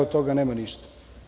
Od toga nema ništa.